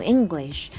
English